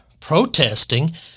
protesting